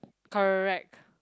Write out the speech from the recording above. correct